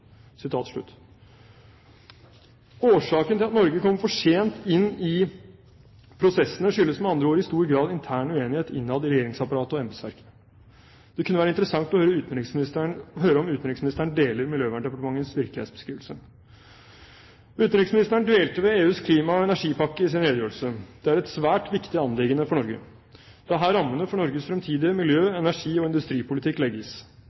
Årsaken til at Norge kommer for sent inn i prosessene, er med andre ord i stor grad intern uenighet innad i regjeringsapparatet og embetsverket. Det kunne være interessant å høre om utenriksministeren deler Miljøverndepartementets virkelighetsbeskrivelse. Utenriksministeren dvelte ved EUs klima- og energipakke i sin redegjørelse. Det er et svært viktig anliggende for Norge. Det er her rammene for Norges fremtidige miljø-, energi- og industripolitikk legges.